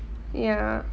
ya